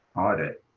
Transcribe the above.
audit